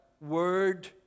word